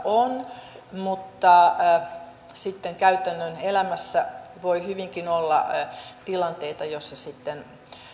on mutta sitten käytännön elämässä voi hyvinkin olla tilanteita joissa sitten